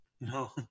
no